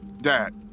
Dad